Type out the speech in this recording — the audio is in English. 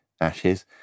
Ashes